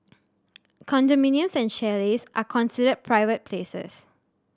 condominiums and chalets are considered private places